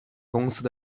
公司